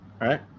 right